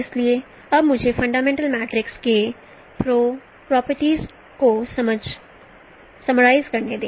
इसलिए अब मुझे फंडामेंटल मैट्रिक्स के प्रॉपर्टीज को समाराइज करने दें